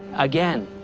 again.